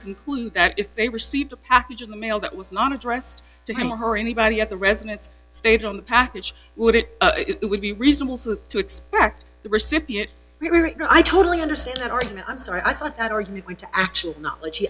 conclude that if they received a package in the mail that was not addressed to him or her or anybody at the residence stated on the package would it it would be reasonable to expect the recipient no i totally understand that argument i'm sorry i thought that organically to actual knowledge